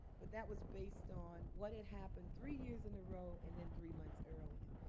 but that was based on what had happened three years in a row and then three months earlier.